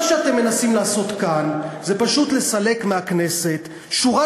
מה שאתם מנסים לעשות כאן זה פשוט לסלק מהכנסת שורה